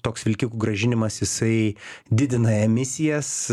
toks vilkikų grąžinimas jisai didina emisijas